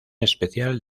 especial